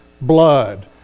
blood